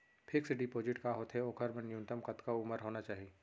Fix deposit का होथे ओखर बर न्यूनतम कतका उमर होना चाहि?